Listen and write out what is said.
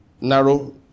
narrow